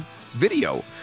video